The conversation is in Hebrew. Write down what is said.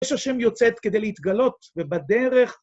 אש השם יוצא כדי להתגלות ובדרך.